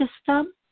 system